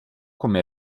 come